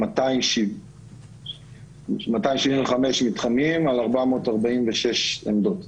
היו 275 מתחמים על 446 עמדות.